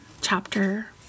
chapter